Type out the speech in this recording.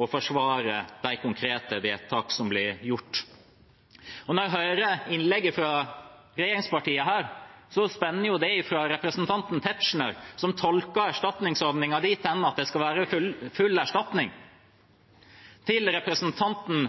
og forsvare de konkrete vedtakene som blir gjort. Når jeg hører innlegg fra regjeringspartiene her, spenner de fra representanten Tetzschner, som tolker erstatningsordningen dit hen at det skal være full erstatning, til representanten